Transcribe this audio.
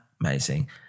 amazing